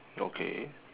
okay